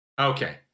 Okay